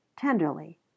tenderly